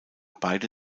beide